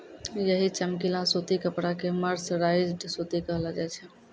यही चमकीला सूती कपड़ा कॅ मर्सराइज्ड सूती कहलो जाय छै